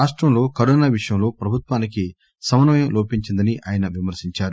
రాష్టంలో కరోనా విషయంలో ప్రభుత్వానికి సమన్వయం లోపించిందని ఆయన అన్నారు